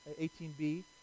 18B